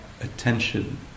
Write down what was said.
attention